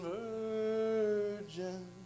virgin